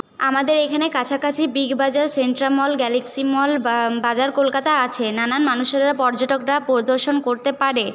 আমাদের এখানে কাছাকাছি Big Bazaar Central Mall Galaxy Mall বা বাজার কলকাতা আছে নানান মানুষেরা পর্যটকরা প্রদশন করতে পারে